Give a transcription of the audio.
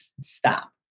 stop